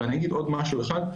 ואני אגיד עוד משהו אחד,